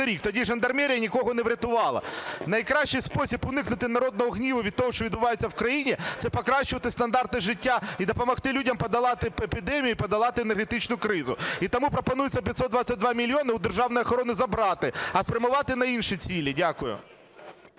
Тоді жандармерія нікого не врятувала. Найкращий спосіб уникнути народного гніву від того, що відбувається в країні, – це покращувати стандарти життя і допомогти людям подолати епідемію, і подолати енергетичну кризу. І тому пропонується 522 мільйони у державної охорони забрати, а спрямувати на інші цілі. Дякую.